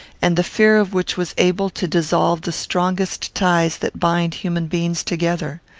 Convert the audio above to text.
and the fear of which was able to dissolve the strongest ties that bind human beings together?